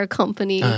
company